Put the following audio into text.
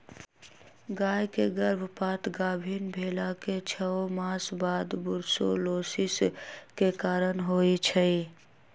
गाय के गर्भपात गाभिन् भेलाके छओ मास बाद बूर्सोलोसिस के कारण होइ छइ